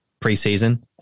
preseason